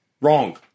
Wrong